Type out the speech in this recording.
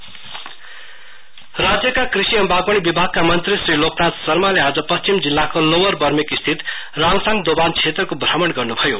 L एनशर्मा West राज्यका कृषि वागवानी विभाग मन्त्री श्री लोकनाथ शर्माले आज पश्चिम जिल्लाको लोवर बर्मेक स्थित राङसाङ दोभान क्षेत्रको भ्रमण गर्न्भयो